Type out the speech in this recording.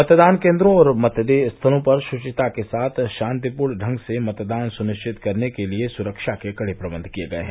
मतदान केन्द्रों और मतदेय स्थलों पर शुचिता के साथ शान्तिपूर्ण ढंग से मतदान सुनिश्चित करने के लिये सुरक्षा के कड़े प्रबंध किये गये हैं